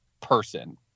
person